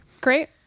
Great